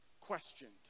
questioned